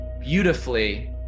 beautifully